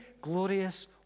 glorious